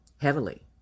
heavily